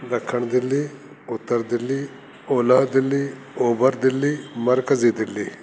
ॾखिण दिल्ली उत्तर दिल्ली ओल्हा दिल्ली ओभर दिल्ली मर्कज़ी दिल्ली